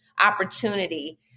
opportunity